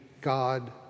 God